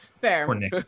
Fair